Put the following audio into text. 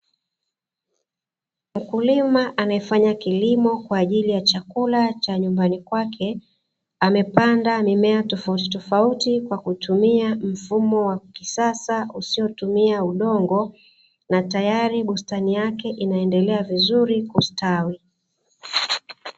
Mkulima amefanya kilimo kwa ajili ya chakula cha nyumbani kwake, amepanda mimea tofautitofauti kwa kutumia mfumo wa kisasa usiotumia udongo, na tayari bustani yake inaendelea vizuri kustawi.